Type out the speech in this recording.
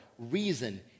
reason